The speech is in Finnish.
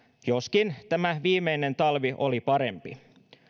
joskin tämä viimeinen talvi oli parempi